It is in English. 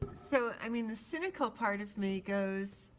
so, i mean, the cynical part of me goes,